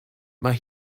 mae